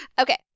Okay